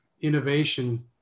innovation